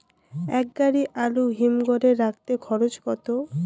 এক গাড়ি আলু হিমঘরে রাখতে খরচ কত?